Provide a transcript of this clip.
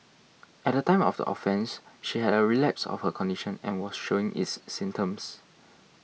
at the time of the offence she had a relapse of her condition and was showing its symptoms